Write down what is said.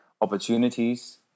opportunities